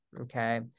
okay